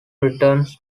returns